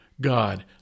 God